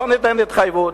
לא ניתן התחייבות.